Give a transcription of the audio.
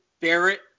Barrett